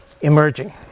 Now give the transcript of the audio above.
emerging